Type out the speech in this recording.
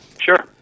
Sure